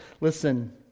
Listen